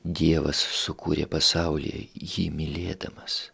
dievas sukūrė pasaulį jį mylėdamas